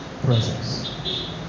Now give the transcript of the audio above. presence